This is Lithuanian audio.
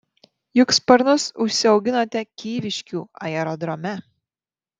juk sparnus užsiauginote kyviškių aerodrome